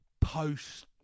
post